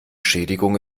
schädigung